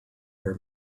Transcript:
her